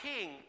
king